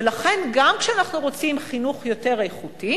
ולכן, גם כשאנחנו רוצים חינוך יותר איכותי